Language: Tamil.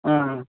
ஆ ஆ